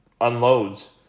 unloads